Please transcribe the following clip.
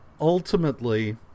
Ultimately